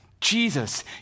Jesus